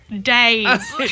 Days